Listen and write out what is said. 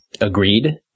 agreed